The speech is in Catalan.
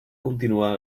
continuar